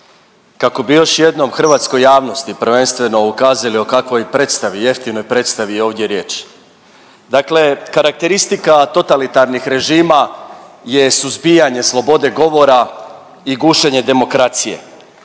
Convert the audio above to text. kako bi još jednom hrvatskoj javnosti prvenstveno ukazali o kakvoj predstavi, jeftinoj predstavi je ovdje riječ. Dakle, karakteristika totalitarnih režima je suzbijanje slobode govora i gušenje demokracije.